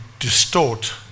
distort